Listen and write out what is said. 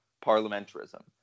parliamentarism